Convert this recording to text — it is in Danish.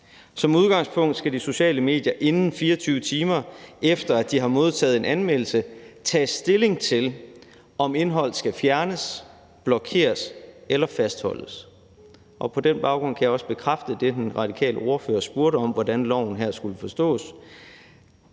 Som udgangspunkt skal de sociale medier, inden 24 timer efter de har modtaget en anmeldelse, tage stilling til, om indhold skal fjernes, blokeres eller fastholdes, og på den baggrund kan jeg også bekræfte det, den radikale ordfører spurgte om, med, hvordan loven her skulle forstås: